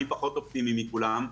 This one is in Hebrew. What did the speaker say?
אני פחות אופטימי מכולם,